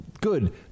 good